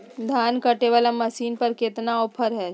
धान कटे बाला मसीन पर कतना ऑफर हाय?